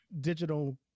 digital